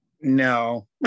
No